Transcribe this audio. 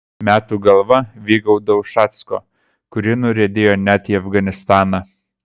metų galva vygaudo ušacko kuri nuriedėjo net į afganistaną